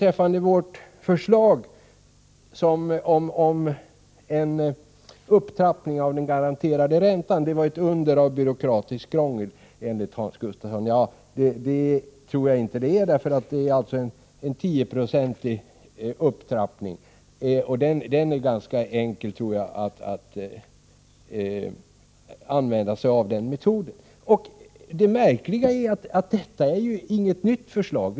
Vårt förslag om en upptrappning av den garanterade räntan var ett under av byråkratiskt krångel, enligt Hans Gustafsson. Nja, det tror jag inte det är. Det är alltså en 10-procentig upptrappning, och jag tror att det är ganska enkelt att använda den metoden. Det märkliga är att detta inte är något nytt förslag.